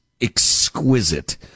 exquisite